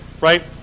right